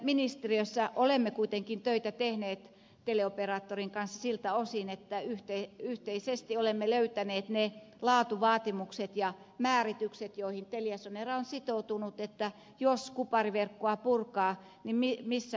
ministeriössä olemme kuitenkin töitä tehneet teleoperaattorin kanssa siltä osin että yhteisesti olemme löytäneet ne laatuvaatimukset ja määritykset joihin teliasonera on sitoutunut että jos kupariverkkoa purkaa nimi missä